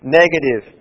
negative